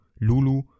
Lulu